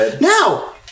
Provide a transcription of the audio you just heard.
Now